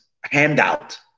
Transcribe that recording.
handout